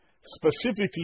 specifically